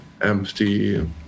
empty